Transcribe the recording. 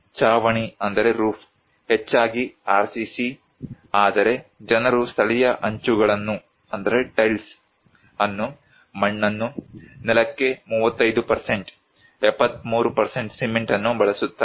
ಚಾವಣಿ ಹೆಚ್ಚಾಗಿ RCC ಆದರೆ ಜನರು ಸ್ಥಳೀಯ ಅಂಚುಗಳನ್ನು ಮಣ್ಣನ್ನು ನೆಲಕ್ಕೆ 35 73 ಸಿಮೆಂಟ್ ಅನ್ನು ಬಳಸುತ್ತಾರೆ